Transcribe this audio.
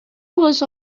was